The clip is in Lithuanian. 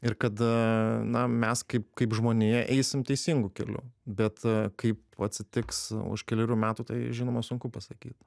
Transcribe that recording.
ir kad a na mes kaip kaip žmonija eisim teisingu keliu bet kaip atsitiks už kelerių metų tai žinoma sunku pasakyt